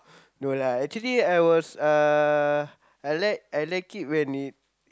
no lah actually I was uh I like I like it when it